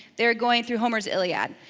they're going through homer's iliad.